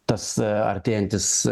tas artėjantis